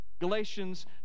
galatians